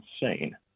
insane